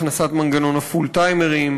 הכנסת מנגנון הפול-טיימרים,